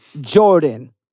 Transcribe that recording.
Jordan